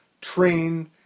train